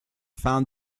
found